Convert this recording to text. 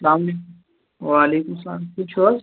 السَلامُ علیکُم وَعلیکُم السَلام ٹھیٖک چھُو حظ